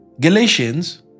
Galatians